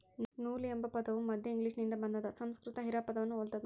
ನೂಲು ಎಂಬ ಪದವು ಮಧ್ಯ ಇಂಗ್ಲಿಷ್ನಿಂದ ಬಂದಾದ ಸಂಸ್ಕೃತ ಹಿರಾ ಪದವನ್ನು ಹೊಲ್ತದ